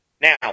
Now